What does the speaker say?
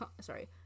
sorry